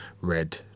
red